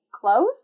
close